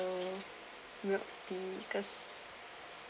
taro milk tea because